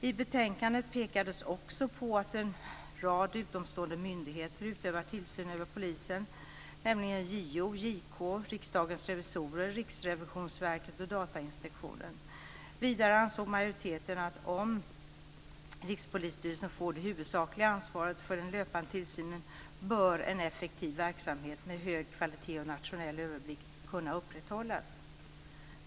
I betänkandet pekades också på att en rad utomstående myndigheter utövar tillsyn över polisen, nämligen JO, JK, Riksdagens revisorer, Riksrevisionsverket och Datainspektionen. Vidare ansåg majoriteten att om Rikspolisstyrelsen får det huvudsakliga ansvaret för den löpande tillsynen bör en effektiv verksamhet med hög kvalitet och nationell överblick kunna upprätthållas.